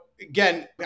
again